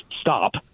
stop